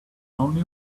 only